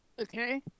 Okay